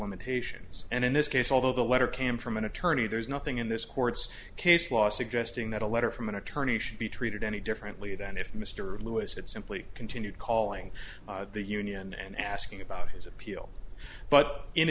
limitations and in this case although the letter came from an attorney there's nothing in this court's case law suggesting that a letter from an attorney should be treated any differently than if mr lewis had simply continued calling the union and asking about his appeal but in